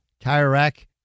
TireRack